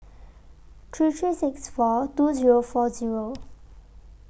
three three six four two Zero four Zero